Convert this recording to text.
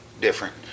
different